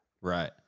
right